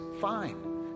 fine